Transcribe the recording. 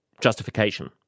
justification